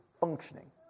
functioning